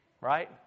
Right